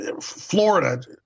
Florida